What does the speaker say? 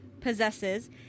possesses